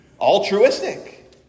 altruistic